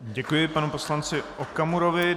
Děkuji panu poslanci Okamurovi.